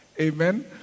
Amen